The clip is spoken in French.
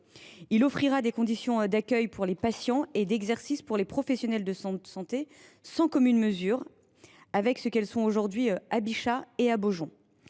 Il offrira des conditions d’accueil pour les patients et d’exercice pour les professionnels de santé sans commune mesure avec ce qu’elles sont aujourd’hui à Bichat et Beaujon.